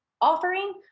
offering